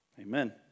Amen